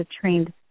trained